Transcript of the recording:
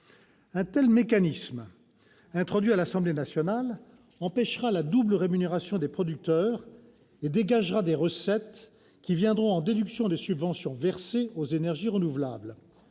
Un tel mécanisme, introduit à l'Assemblée nationale, empêchera la double rémunération des producteurs et dégagera des recettes qui viendront en déduction des subventions versées aux énergies renouvelables.